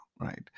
right